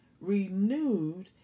renewed